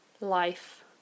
life